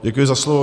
Děkuji za slovo.